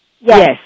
Yes